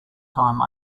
time